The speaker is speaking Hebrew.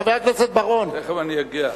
חבר הכנסת בר-און, תיכף אני אגיע.